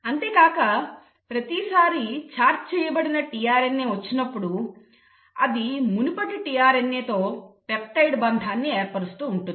అంతేకాక ప్రతిసారీ చార్జ్ చేయబడిన tRNA వచ్చినప్పుడు అది మునుపటి tRNA తో పెప్టైడ్ బంధాన్ని ఏర్పరుస్తూ ఉంటుంది